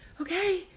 okay